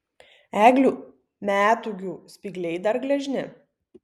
eglių metūgių spygliai dar gležni